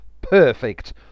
Perfect